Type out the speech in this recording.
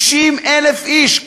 60,000 איש.